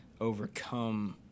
Overcome